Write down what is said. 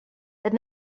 then